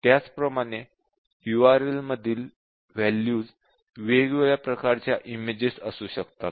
त्याचप्रमाणे URL मधील values वेगवेगळ्या प्रकारच्या इमेजेस असू शकतात